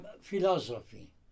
philosophy